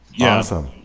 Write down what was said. awesome